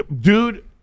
dude